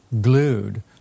glued